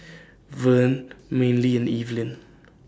Verne Manley and Evelin